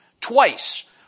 twice